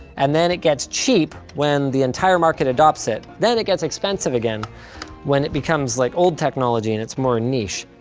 and then it gets cheap when the entire market adopts it. then it gets expensive again when it becomes like old technology and it's more niche.